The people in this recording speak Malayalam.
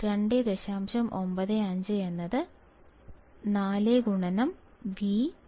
95 4V VT